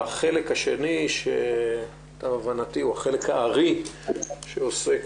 והחלק השני, שלהבנתי הוא חלק הארי שעוסק